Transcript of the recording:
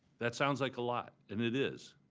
that sounds like a lot. and it is.